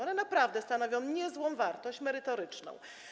One naprawdę stanowią niezłą wartość merytoryczną.